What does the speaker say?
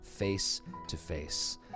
face-to-face